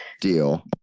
deal